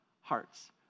hearts